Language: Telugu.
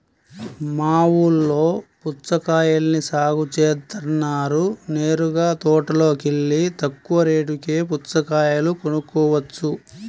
మా ఊల్లో పుచ్చకాయల్ని సాగు జేత్తన్నారు నేరుగా తోటలోకెల్లి తక్కువ రేటుకే పుచ్చకాయలు కొనుక్కోవచ్చు